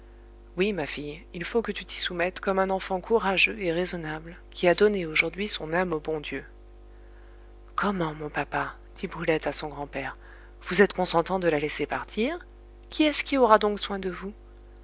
oui ma fille il faut que tu t'y soumettes comme un enfant courageux et raisonnable qui a donné aujourd'hui son âme au bon dieu comment mon papa dit brulette à son grand-père vous êtes consentant de la laisser partir qui est-ce qui aura donc soin de vous